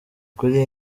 kuri